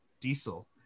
Diesel